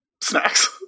snacks